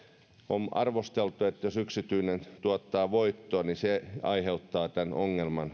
on arvosteltu että jos yksityinen tuottaa voittoa niin se aiheuttaa tämän ongelman